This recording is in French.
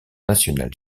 national